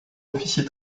officier